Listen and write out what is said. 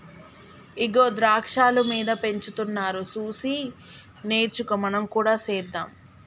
ఇగో ద్రాక్షాలు మీద పెంచుతున్నారు సూసి నేర్చుకో మనం కూడా సెద్దాం